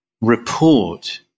report